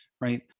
right